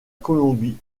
colombie